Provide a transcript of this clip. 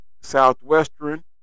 Southwestern